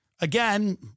Again